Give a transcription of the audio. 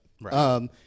Right